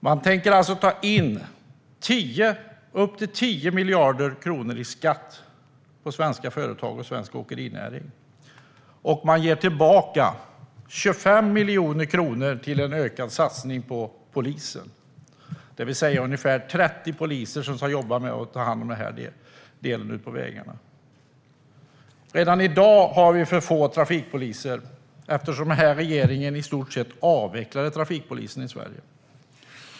Man tänker alltså ta in upp till 10 miljarder kronor i skatt på svenska företag och svensk åkerinäring. Man ger tillbaka 25 miljoner kronor i en ökad satsning på polisen. Det motsvarar ungefär 30 poliser som ska jobba ute på vägarna. Redan i dag har vi för få trafikpoliser eftersom regeringen i stort sett har avvecklat trafikpolisen i Sverige.